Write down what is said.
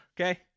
Okay